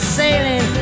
sailing